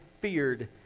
feared